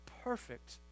perfect